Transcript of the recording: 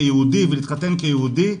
כיהודי ולהתחתן כיהודי,